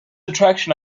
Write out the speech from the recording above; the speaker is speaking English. attraction